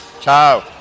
ciao